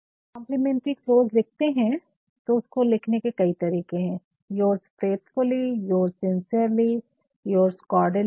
तो जब complimentary close लिखते है तो उसको लिखने के कई तरीके है yours faithfully yours sincerely yours cordially